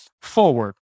forward